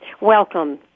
Welcome